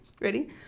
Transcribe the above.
Ready